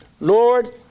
Lord